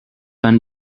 been